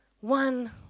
one